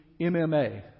MMA